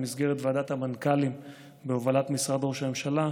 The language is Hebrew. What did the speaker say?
במסגרת ועדת המנכ"לים בהובלת משרד ראש הממשלה,